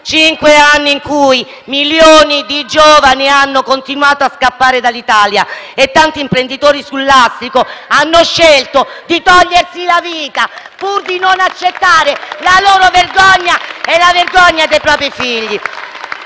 cinque anni in cui milioni di giovani hanno continuato a scappare dall'Italia e tanti imprenditori sul lastrico hanno scelto di togliersi la vita pur di non accettare la loro vergogna e quella dei propri figli.